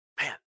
man